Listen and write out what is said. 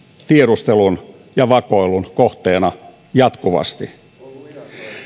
tiedustelun ja vakoilun kohteena jatkuvasti